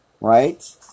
right